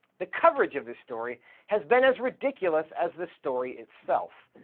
the coverage of this story has been as ridiculous as the story itself.